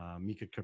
Mika